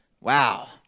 Wow